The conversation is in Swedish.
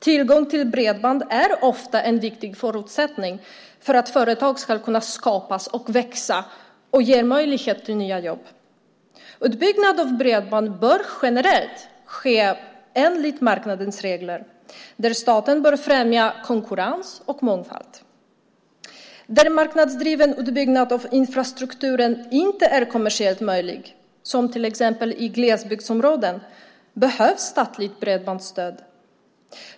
Tillgång till bredband är ofta en viktig förutsättning för att företag ska kunna skapas och växa, och det ger möjligheter till nya jobb. Utbyggnaden av bredband bör generellt ske enligt marknadens regler, där staten bör främja konkurrens och mångfald. När marknadsdriven utbyggnad av infrastrukturen inte är kommersiellt möjlig, till exempel i glesbygdsområden, behövs statligt bredbandsstöd.